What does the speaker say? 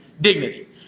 dignity